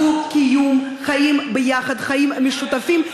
דו-קיום, חיים ביחד, חיים משותפים.